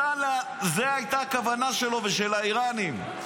זו הייתה הכוונה שלו ושל האיראנים,